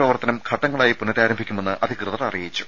പ്രവർത്തനം ഘട്ടങ്ങളായി പുനരാരംഭിക്കുമെന്ന് അധക്യതർ അറിയിച്ചു